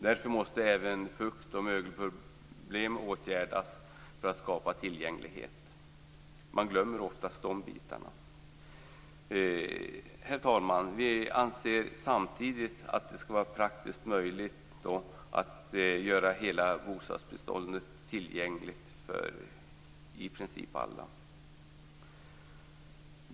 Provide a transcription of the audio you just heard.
Därför måste även fukt och mögelproblem åtgärdas för att man skall kunna skapa tillgänglighet. Man glömmer ofta bort detta. Herr talman! Vi anser också att det skall vara praktiskt möjligt att göra hela bostadsbeståndet tillgängligt för i princip alla.